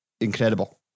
incredible